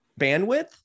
bandwidth